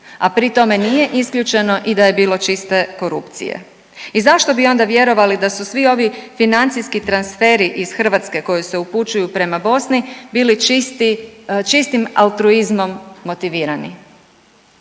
a pri tome nije isključeno i da je bilo čiste korupcije. I zašto bi onda vjerovali da su svi ovi financijski transferi iz Hrvatske koji se upućuju prema Bosni bili čistim altruizmom motivirani.